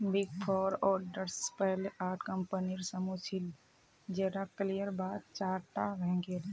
big four auditors पहले आठ कम्पनीर समूह छिल जेरा विलयर बाद चार टा रहेंग गेल